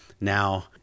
Now